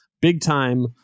big-time